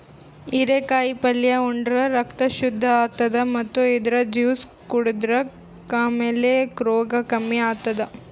ಹಿರೇಕಾಯಿ ಪಲ್ಯ ಉಂಡ್ರ ರಕ್ತ್ ಶುದ್ದ್ ಆತದ್ ಮತ್ತ್ ಇದ್ರ್ ಜ್ಯೂಸ್ ಕುಡದ್ರ್ ಕಾಮಾಲೆ ರೋಗ್ ಕಮ್ಮಿ ಆತದ್